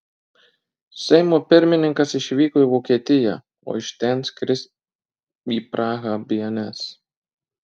seimo pirmininkas išvyko į vokietiją o iš ten skris į prahą bns